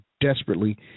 desperately